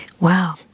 Wow